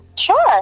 Sure